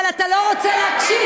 אבל אתה לא רוצה להקשיב.